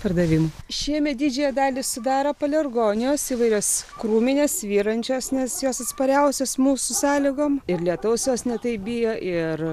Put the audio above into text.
pardavimų šiemet didžiąją dalį sudaro palergonijos įvairios krūminės svyrančios nes jos atspariausios mūsų sąlygom ir lietaus jos ne taip bijo ir